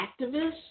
activists